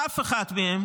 אף אחד מהם